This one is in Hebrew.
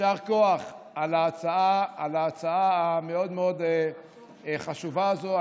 על ההצעה המאוד-מאוד חשובה הזו.